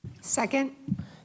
Second